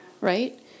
right